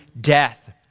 death